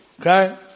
Okay